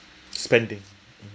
spending